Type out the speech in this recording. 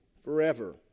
forever